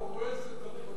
אני רק אורז את הדברים.